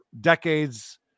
decades